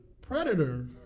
Predator